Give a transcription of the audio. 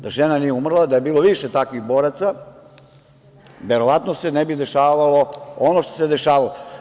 Da žena nije umrla, da je bilo više takvih boraca, verovatno se ne bi dešavalo ono što se dešavalo.